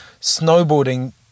snowboarding